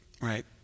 right